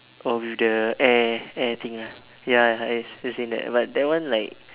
orh with the air air thing ah ya ya as in that but that one like